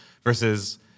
Versus